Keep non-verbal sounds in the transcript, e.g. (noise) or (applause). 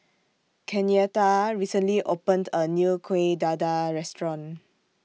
Kenyatta (noise) recently opened A New Kueh Dadar Restaurant